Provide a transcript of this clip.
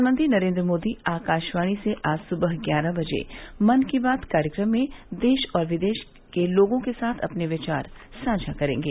प्रधानमंत्री नरेन्द्र मोदी आकाशवाणी से आज सुबह ग्यारह बजे मन की बात कार्यक्रम में देश और विदेश के लोगों के साथ अपने विचार साझा करेंगे